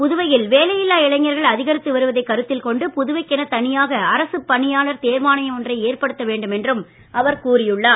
புதுவையில் வேலையில்லா இளைஞர்கள் அதிகரித்து வருவதை கருத்தில் கொண்டு புதுவைக்கு என தனியாக அரசு பணியாளர் தேர்வாணையம் ஒன்றை ஏற்படுத்த வேண்டும் என்றும் அவர் கூறியுள்ளார்